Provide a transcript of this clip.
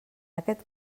aquest